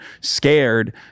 scared